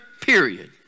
period